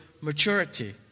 maturity